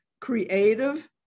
creative